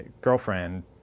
girlfriend